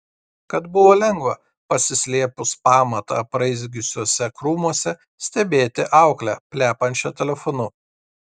kad buvo lengva pasislėpus pamatą apraizgiusiuose krūmuose stebėti auklę plepančią telefonu